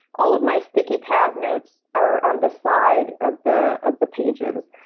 all of my sticky tab notes are on the side of the of the pages.